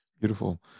Beautiful